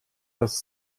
das